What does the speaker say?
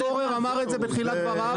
חבר הכנסת פורר אמר את זה בתחילת דבריו.